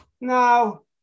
No